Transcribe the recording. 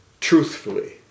truthfully